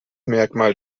merkmal